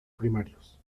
primarios